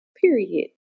period